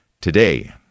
today